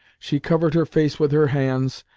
she covered her face with her hands,